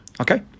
Okay